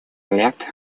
лет